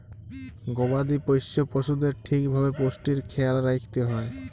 গবাদি পশ্য পশুদের ঠিক ভাবে পুষ্টির খ্যায়াল রাইখতে হ্যয়